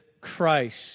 Christ